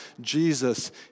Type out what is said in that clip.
Jesus